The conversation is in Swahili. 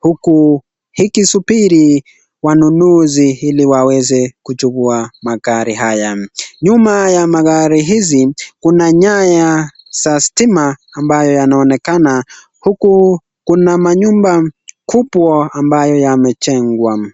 huku ikisubiri wanunuzi ili waweze kuchukua magari haya. Nyuma ya magari hizi, kuna nyaya za stima ambayo yanaonekana, huku kuna manyumba kubwa ambayo yamejengwa.